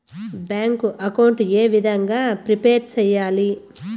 Bank account ఏ విధంగా prepare సెయ్యాలి?